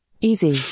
Easy